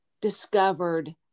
discovered